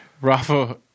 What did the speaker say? Rafa